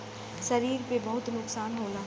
शरीर पे बहुत नुकसान होला